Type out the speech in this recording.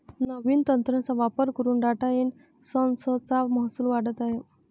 नवीन तंत्रज्ञानाचा वापर करून टाटा एन्ड संस चा महसूल वाढत आहे